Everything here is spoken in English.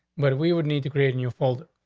but we would need to create a new folder.